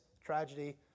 tragedy